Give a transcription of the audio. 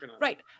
right